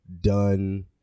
done